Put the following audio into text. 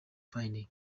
funding